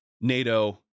NATO